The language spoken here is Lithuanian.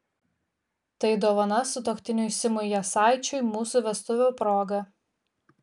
tai dovana sutuoktiniui simui jasaičiui mūsų vestuvių proga